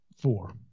four